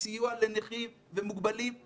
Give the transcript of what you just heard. בסיוע לנכים ומוגבלים.